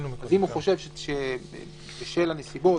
אם הוא חושב שבשל הנסיבות,